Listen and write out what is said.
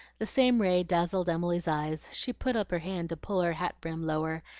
the same ray dazzled emily's eyes she put up her hand to pull her hat-brim lower,